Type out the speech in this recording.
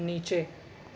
نیچے